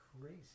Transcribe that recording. crazy